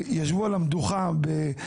ישבו על המדוכה בעת חלוקת הסמכויות.